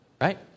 Right